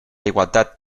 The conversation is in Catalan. igualtat